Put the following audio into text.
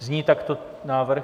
Zní takto návrh?